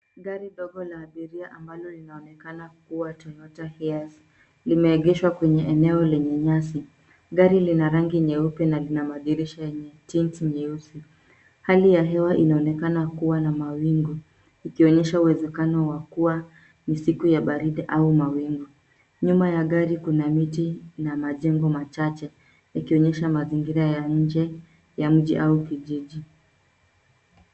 Gari dogo la abiria ambalo linaonekana Toyota HiAce limeegeshwa kwenye eneo lenye nyasi. Gari lina rangi nyeupe na lina madirisha yenye tint nyeusi. Hali ya hewa inaonekana kuwa na mawingu ikionyesha uwezekano wa kuwa ni siku ya baridi au mawingu. Nyuma ya gari kuna miti na majengo machache yakionyesha mazingira ya nje ya mji au kijiji.